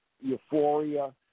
euphoria